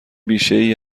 بیشهای